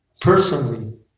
personally